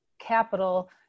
capital